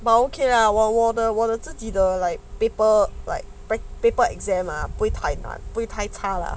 but okay lah 我我我我我的自己的 like people like paper exam ah 不会太难不会太差了